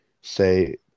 say